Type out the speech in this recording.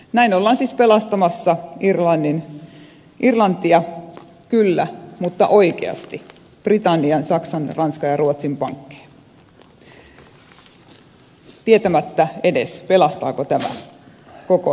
näin ollaan siis pelastamassa irlantia kyllä mutta oikeasti britannian saksan ranskan ja ruotsin pankkeja tietämättä edes pelastaako tämä koko euroopan talouden